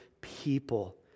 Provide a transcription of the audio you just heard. people